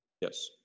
Yes